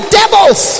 devils